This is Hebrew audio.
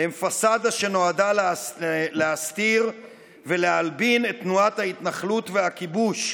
הם פסאדה שנועדה להסתיר ולהלבין את תנועת ההתנחלות והכיבוש,